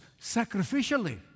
sacrificially